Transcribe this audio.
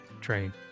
train